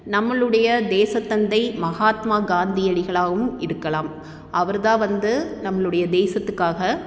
நம்மளுடைய தேசத்தந்தை மகாத்மா காந்தியடிகளாகவும் இருக்கலாம் அவர் தான் வந்து நம்மளுடைய தேசத்துக்காக